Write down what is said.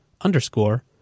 underscore